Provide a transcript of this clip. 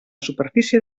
superfície